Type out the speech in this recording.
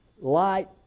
light